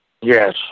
Yes